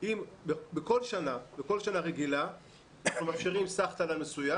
בכל שנה רגילה אנחנו מאפשרים סך תל"ן מסוים